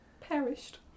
perished